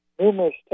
numerous